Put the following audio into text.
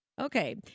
Okay